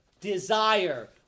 desire